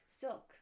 silk